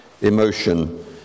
emotion